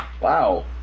wow